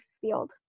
field